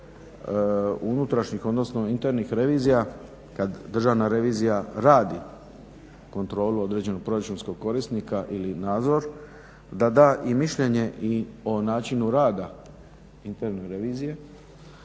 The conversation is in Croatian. unutrašnjih, odnosno internih revizija kad Državna revizija radi kontrolu određenog proračunskog korisnika ili nadzor da da i mišljenje i o načinu rada interne revizije.